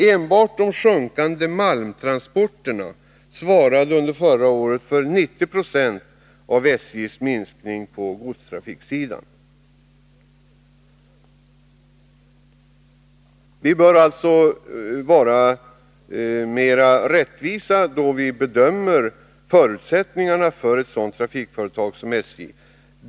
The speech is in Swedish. Enbart det sjunkande antalet malmtransporter svarade under förra året för 90 90 av SJ:s minskning på godstrafiksidan. Vi bör alltså vara mera rättvisa då vi bedömer förutsättningarna för ett sådant trafikföretag som SJ.